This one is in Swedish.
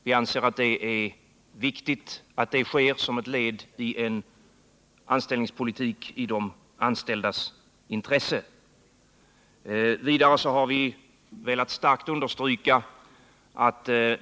Vi anser att det är viktigt att det sker som ett led i en anställningspolitik i de anställdas intresse. 2.